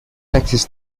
taxis